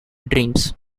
dreams